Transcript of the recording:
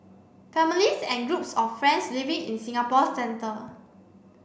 families and groups of friends living in Singapore's centre